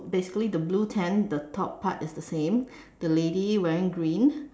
basically the blue tent the top part is the same the lady wearing green